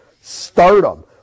stardom